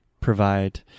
provide